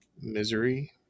Misery